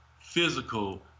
physical